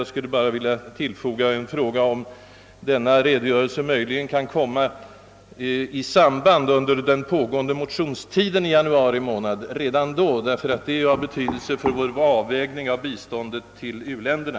Jag vill bara tillägga en fråga, nämligen om den kommande redogörelsen skulle kunna lämnas redan under den allmänna motionstiden i januari månad, eftersom detta är av stor betydelse för vår avvägning av biståndet av olika slag till uländerna.